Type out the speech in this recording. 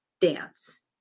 dance